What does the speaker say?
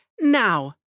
now